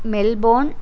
Melbourne